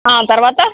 తర్వాత